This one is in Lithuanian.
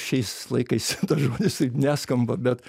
šiais laikais žmonės taip neskamba bet